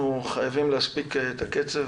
אנחנו חייבים להדביק את הקצב.